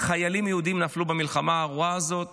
חיילים יהודים נפלו במלחמה הארורה הזאת